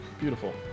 Beautiful